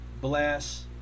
bless